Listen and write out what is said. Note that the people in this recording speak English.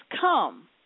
come